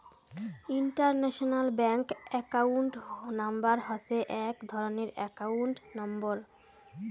international bank account number হসে এক ধরণের একাউন্ট নম্বর